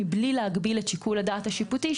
מבלי להגביל את שיקול הדעת השיפוטי,